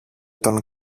τον